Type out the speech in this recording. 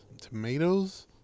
tomatoes